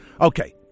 Okay